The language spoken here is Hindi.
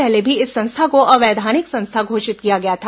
पहले भी इस संस्था को अवैधानिक संस्था घोषित किया गया था